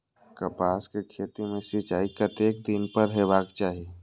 कपास के खेती में सिंचाई कतेक दिन पर हेबाक चाही?